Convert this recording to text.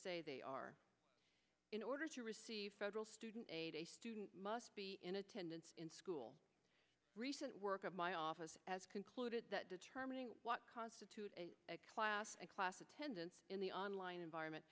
say they are in order to receive federal student aid a student must be in attendance in school recent work of my office as concluded that determining what constitutes a class a class attendance in the online environment